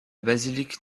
basilique